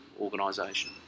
organisation